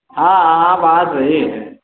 हाँ आ बात रही है